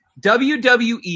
WWE